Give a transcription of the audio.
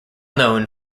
known